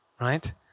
Right